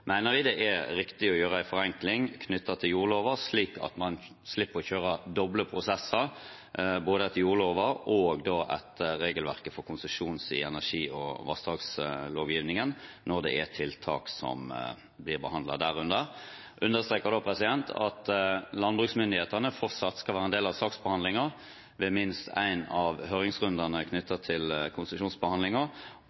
mener vi det er riktig å gjøre en forenkling knyttet til jordloven, slik at man slipper å kjøre doble prosesser, både etter jordloven og etter regelverket for konsesjoner i energi- og vassdragslovgivningen, når det er tiltak som blir behandlet derunder. Jeg understreker at landbruksmyndighetene fortsatt skal være en del av saksbehandlingen ved minst én av høringsrundene